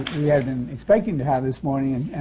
we had been expecting to have this morning,